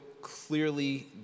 clearly